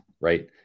right